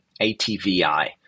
ATVI –